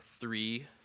three